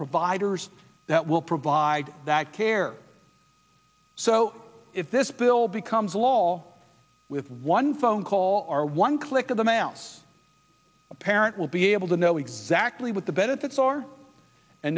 providers that will provide that care so if this bill becomes law with one phone call or one click of the mouse a parent will be able to know exactly what the benefits are